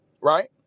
right